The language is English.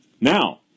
Now